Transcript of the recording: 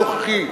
הנוכחי,